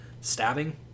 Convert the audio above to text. stabbing